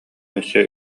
өссө